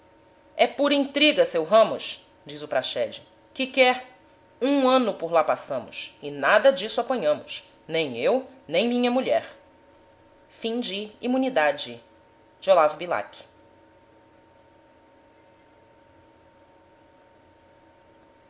é pura intriga seu ramos diz o praxedes que quer um ano por lá passamos e nada disso apanhamos nem eu nem minha mulher oh